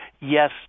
yes